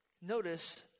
notice